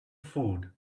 food